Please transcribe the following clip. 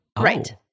Right